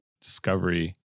Discovery